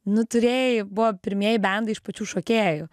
nu turėjai buvo pirmieji bendrai iš pačių šokėjų